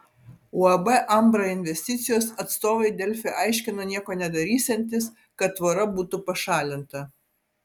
uab ambra investicijos atstovai delfi aiškino nieko nedarysiantys kad tvora būtų pašalinta